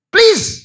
Please